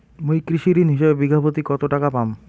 মুই কৃষি ঋণ হিসাবে বিঘা প্রতি কতো টাকা পাম?